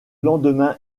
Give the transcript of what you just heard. lendemain